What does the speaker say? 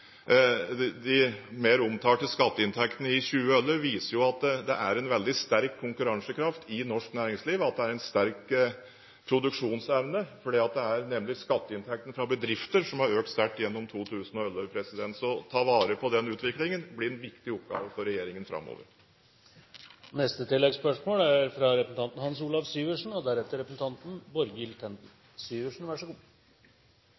De mer omtalte skatteinntektene i 2011 viser at det er en veldig sterk konkurransekraft i norsk næringsliv og en sterk produksjonsevne. Det er nemlig skatteinntektene fra bedrifter som har økt sterkt gjennom 2011. Å ta vare på den utviklingen blir en viktig oppgave for regjeringen framover.